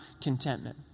contentment